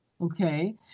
Okay